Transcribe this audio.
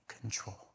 control